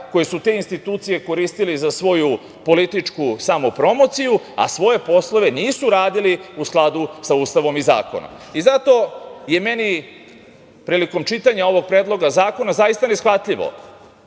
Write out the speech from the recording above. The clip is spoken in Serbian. koji su te institucije koristili za svoju političku samopromociju, a svoje poslove nisu radili u skladu sa Ustavom i zakonom. Zato je meni prilikom čitanja ovog predloga zakona zaista neshvatljivo